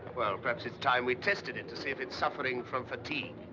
perhaps it's time we tested it to see if it's suffering from fatigue.